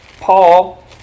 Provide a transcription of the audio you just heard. Paul